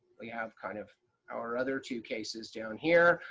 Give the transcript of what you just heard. we have kind of our other two cases down here.